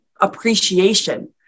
appreciation